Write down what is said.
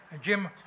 Jim